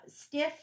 stiff